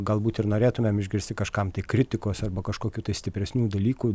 galbūt ir norėtumėm išgirsti kažkam tai kritikos arba kažkokių tai stipresnių dalykų